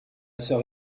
sœur